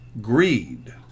Greed